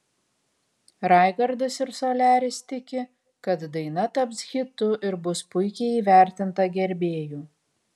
raigardas ir soliaris tiki kad daina taps hitu ir bus puikiai įvertinta gerbėjų